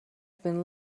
been